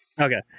Okay